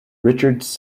richards